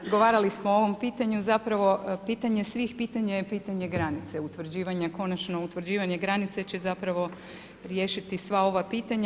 razgovarali smo o ovom pitanju, zapravo, pitanje svih pitanja je pitanje granice i utvrđivanje, konačno utvrđivanje granica će zapravo riješiti sva ona pitanja.